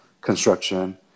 construction